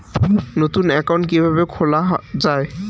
নতুন একাউন্ট কিভাবে খোলা য়ায়?